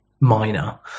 minor